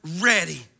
ready